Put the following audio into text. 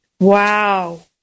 Wow